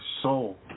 soul